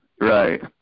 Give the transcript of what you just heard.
right